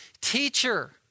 teacher